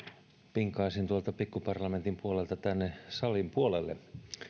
pinkaisin tuolta pikkuparlamentin puolelta tänne salin puolelle